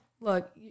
look